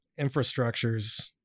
infrastructures